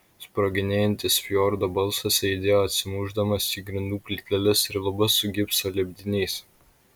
sproginėjantis fjordo balsas aidėjo atsimušdamas į grindų plyteles ir lubas su gipso lipdiniais